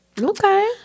Okay